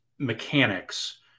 mechanics